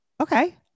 Okay